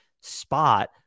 spot